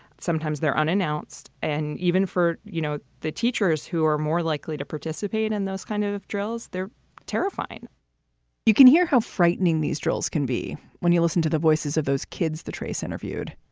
sometimes they're unannounced. and even for, you know, the teachers who are more likely to participate in those kind of drills, they're terrifying you can hear how frightening these drills can be when you listen to the voices of those kids, kids, the trace interviewed.